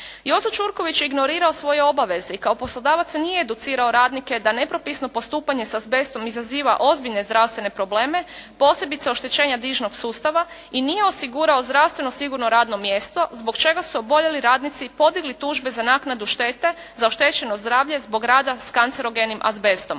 Jozo Ćurković je ignorirao svoje obaveze i kao poslodavac nije educirao radnike da nepropisno postupanje s azbestom izaziva ozbiljne zdravstvene probleme posebice oštećenje dišnog sustava i nije osigurao zdravstveno sigurno radno mjesto zbog čega su oboljeli radnici podigli tužbe za naknadu štete za oštećeno zdravlje zbog rada s kancerogenim azbestom.